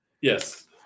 Yes